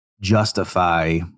justify